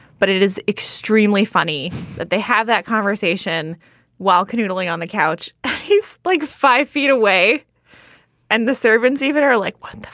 but it is extremely funny that they have that conversation while canoodling on the couch is like five feet away and the servants even are like one